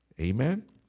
Amen